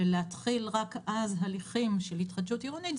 ולהתחיל רק אז בהליכים של התחדשות עירונית,